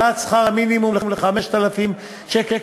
העלאת שכר המינימום ל-5,000 שקל,